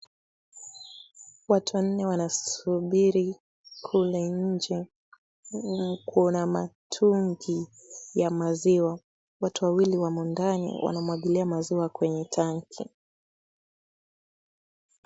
Watu wanne wanasubiri kule nje. Kuna matungi ya maziwa. Watu wawili wamo ndani wanamwagilia maziwa kwenye tanki.